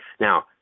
Now